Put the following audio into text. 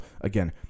again